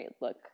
look